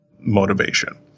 motivation